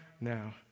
now